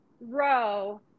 row